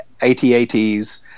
ATATs